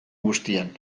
guztian